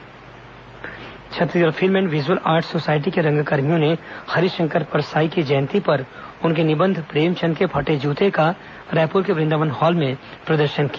नाटक मंचन Chhattisgarh film and visual art society के रंगकर्मियों ने हरिशंकर परसाई की जयंती पर उनके निबंध प्रेमचंद के फटे जूते का रायपुर के वृंदावन हॉल में प्रदर्शन किया